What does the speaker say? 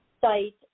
site